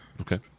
Okay